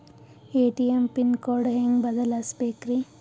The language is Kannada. ಎ.ಟಿ.ಎಂ ಪಿನ್ ಕೋಡ್ ಹೆಂಗ್ ಬದಲ್ಸ್ಬೇಕ್ರಿ?